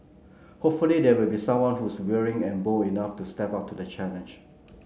hopefully there will be someone who's willing and bold enough to step up to the challenge